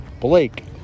Blake